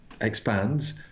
expands